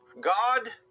God